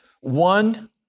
One